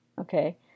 Okay